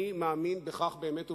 אני מאמין בכך באמת ובתמים,